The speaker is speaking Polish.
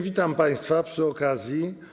Witam państwa przy okazji.